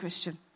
Christian